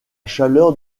chaleur